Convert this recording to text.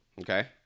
Okay